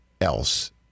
else